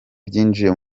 byinjiye